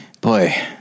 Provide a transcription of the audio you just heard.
boy